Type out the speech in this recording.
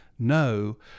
No